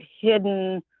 hidden